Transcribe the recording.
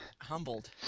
humbled